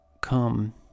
come